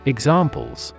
Examples